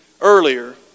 earlier